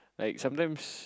like sometimes